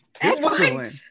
Excellent